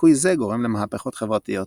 ליקוי זה גורם למהפכות חברתיות.